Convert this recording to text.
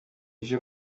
ije